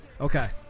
Okay